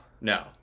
no